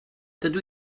dydw